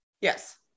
Yes